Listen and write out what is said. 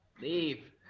Leave